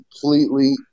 completely